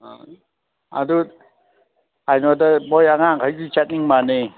ꯑꯪ ꯑꯗꯨ ꯀꯩꯅꯣꯗ ꯃꯣꯏ ꯑꯉꯥꯡꯒꯩꯗꯤ ꯆꯠꯅꯤꯡ ꯃꯥꯜꯂꯦ